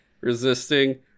resisting